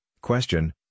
question